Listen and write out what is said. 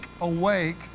awake